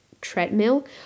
treadmill